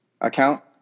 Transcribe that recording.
account